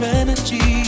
energy